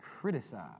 criticize